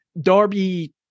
darby